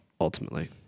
Ultimately